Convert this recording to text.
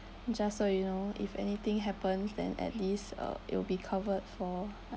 just so you know if anything happens then at least uh it'll be covered for